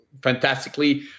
fantastically